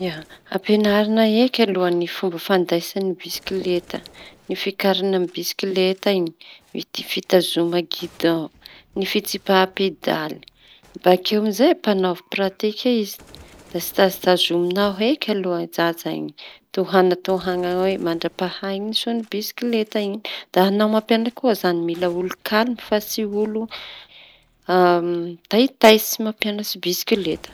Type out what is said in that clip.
Ampianarina eky aloha ny fomba fandaisany bisikileta, ny fiakarana amin'ny bisikileta iñy, ny ty fitazoma gidao, ny fitsipaha pedaly bakeo amizay ampañaovy pratiky izy. Tazotazomina eky aloha ajaja iñy tohana tohana e mandrapahay soa ny bisikaleta iñy añao mampianatsy koa izañy mila olo kalme fa tsy mila olo taitaitsy.